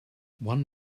one